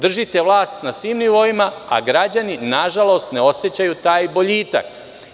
Držite vlast na svim nivoima, a građani nažalost ne osećaju taj boljitak.